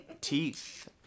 teeth